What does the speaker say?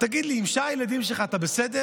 תגיד לי, עם שאר הילדים שלך אתה בסדר?